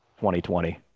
2020